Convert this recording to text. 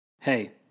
Hey